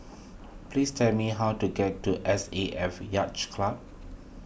please tell me how to get to S A F Yacht Club